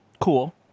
Cool